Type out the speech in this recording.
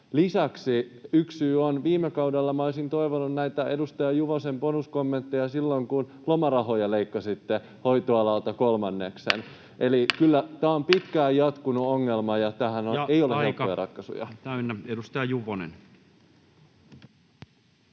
Lisäksi yksi syy on viime kaudella. Minä olisin toivonut näitä edustaja Juvosen bonuskommentteja silloin, kun lomarahoja leikkasitte hoitoalalta kolmanneksen. Eli kyllä tämä on pitkään jatkunut ongelma, ja tähän [Puhemies: Ja aika täynnä!] ei ole